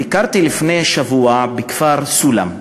ביקרתי לפני שבוע בכפר סולם,